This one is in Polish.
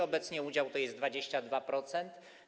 Obecnie udział to 22%.